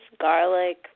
garlic